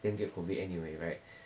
didn't get COVID anyway right